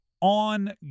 on